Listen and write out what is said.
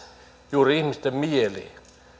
juuri ihmisten mieli